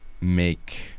make